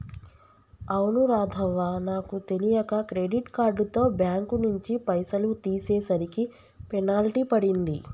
అవును రాధవ్వ నాకు తెలియక క్రెడిట్ కార్డుతో బ్యాంకు నుంచి పైసలు తీసేసరికి పెనాల్టీ పడింది